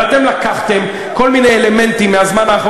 אבל אתם לקחתם כל מיני אלמנטים מהזמן האחרון,